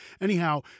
Anyhow